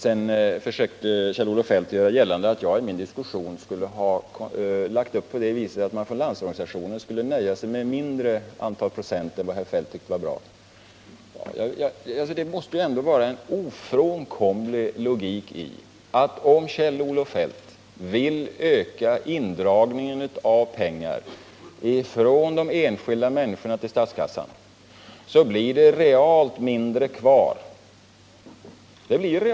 Sedan försökte Kjell-Olof Feldt göra gällande att jag i min diskussion skulle ha byggt på att LO nöjde sig med ett lägre procenttal än vad herr Feldt tyckte var bra. Men det måste ändå vara en ofrånkomlig logik i att om Kjell-Olof Feldt vill öka indragningen av pengar till statskassan från de enskilda människorna så får de realt mindre kvar.